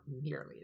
nearly